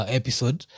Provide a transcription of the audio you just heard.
episode